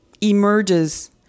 emerges